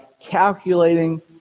calculating